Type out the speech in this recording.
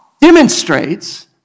demonstrates